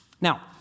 Now